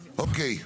אוקיי.